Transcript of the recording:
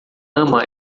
ama